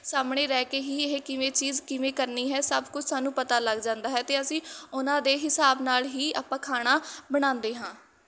ਸਾਹਮਣੇ ਰਹਿ ਕੇ ਹੀ ਇਹ ਕਿਵੇਂ ਚੀਜ਼ ਕਿਵੇਂ ਕਰਨੀ ਹੈ ਸਭ ਕੁਝ ਸਾਨੂੰ ਪਤਾ ਲੱਗ ਜਾਂਦਾ ਹੈ ਅਤੇ ਅਸੀਂ ਉਹਨਾਂ ਦੇ ਹਿਸਾਬ ਨਾਲ ਹੀ ਆਪਾਂ ਖਾਣਾ ਬਣਾਉਂਦੇ ਹਾਂ